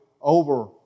over